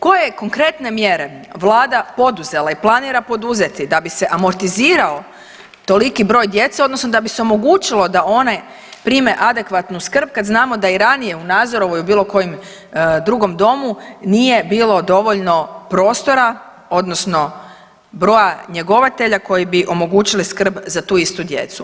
Koje je konkretne mjere vlada poduzela i planira poduzeti da bi se amortizirao toliki broj djece odnosno da bi se omogućilo da one prime adekvatnu skrb kad znamo da i ranije u Nazorovoj ili bilo kojem drugom domu nije bilo dovoljno prostora odnosno broja njegovatelja koji bi omogućili skrb za tu istu djecu?